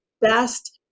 best